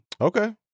okay